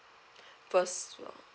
first